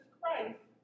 Christ